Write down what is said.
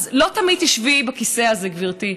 אז לא תמיד תשבי בכיסא הזה, גברתי,